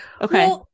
Okay